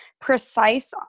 precise